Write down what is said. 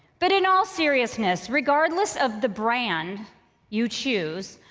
but in all seriousness, regardless of the brand you choose,